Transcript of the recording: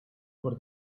for